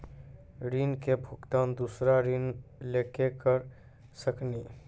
ऋण के भुगतान दूसरा ऋण लेके करऽ सकनी?